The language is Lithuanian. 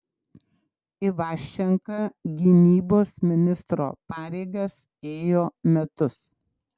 ivaščenka gynybos ministro pareigas ėjo metus